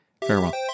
farewell